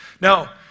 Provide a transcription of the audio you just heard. Now